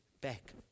back